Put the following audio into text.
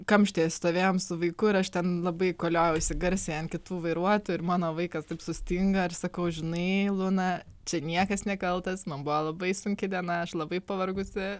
kamštyje stovėjom su vaiku ir aš ten labai koliojausi garsiai ant kitų vairuotojų ir mano vaikas taip sustingo ir sakau žinai luna čia niekas nekaltas man buvo labai sunki diena aš labai pavargusi